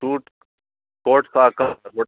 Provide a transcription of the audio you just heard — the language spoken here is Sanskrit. सूट् कोट साकं